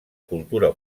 cultura